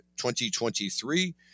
2023